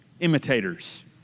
imitators